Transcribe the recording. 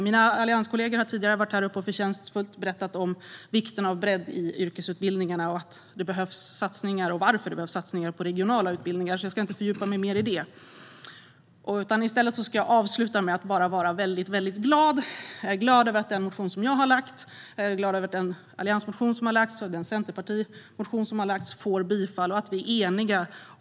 Mina allianskollegor har tidigare förtjänstfullt berättat om vikten av bredd i yrkesutbildningarna samt om att det behövs och varför det behövs satsningar på regionala utbildningar, så jag ska inte fördjupa mig mer i det. I stället ska jag bara vara väldigt glad. Jag är glad över att den motion som jag har väckt, den alliansmotion som har väckts och den centerpartimotion som har väckts bifalls och att vi är eniga.